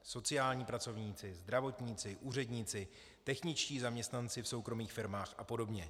Sociální pracovníci, zdravotníci, úředníci, techničtí zaměstnanci v soukromých firmách a podobně.